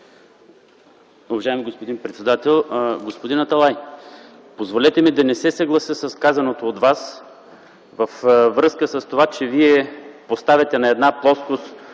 Уважаеми господин председател! Господин Аталай, позволете ми да не се съглася с казаното от Вас във връзка с това, че поставяте на една плоскост